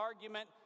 argument